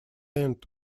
end